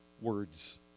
words